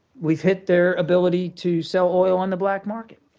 we've hit their ability to sell oil on the black market,